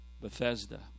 Bethesda